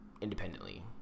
independently